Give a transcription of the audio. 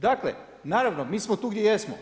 Dakle, naravno, mi smo tu gdje jesmo.